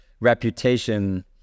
reputation